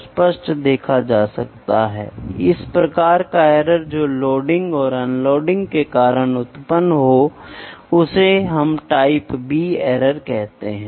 आपके लगभग सभी विज्ञापन जो स्क्रीन पर आते हैं सॉफ्टनेस के बारे में बात करते हैं आखिरी वह जिसके साथ आप दुनिया देखते हैं